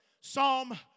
Psalm